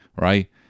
Right